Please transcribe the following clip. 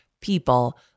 people